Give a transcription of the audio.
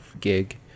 gig